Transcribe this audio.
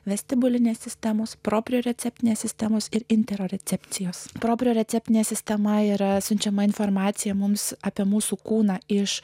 vestibulinės sistemos pro prie receptinės sistemos ir inter recepcijos pobūdžio receptinę sistemą yra siunčiama informacija mums apie mūsų kūną iš